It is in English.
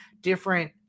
different